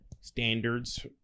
standards